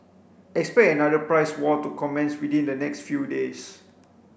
expect another price war to commence within the next few days